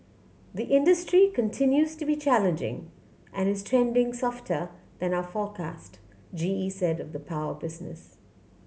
the industry continues to be challenging and is trending softer than our forecast G E said of the power business